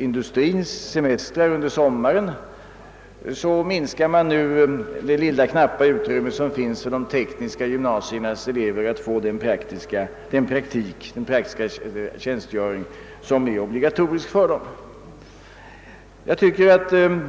industrins semestrar under sommaren härigenom minskar det knappa utrymme som står till förfogande för de tekniska gymnasiernas elever att skaffa sig den praktiska tjänstgöring som är obligatorisk för dem.